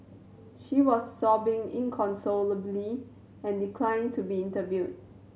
she was sobbing inconsolably and declined to be interviewed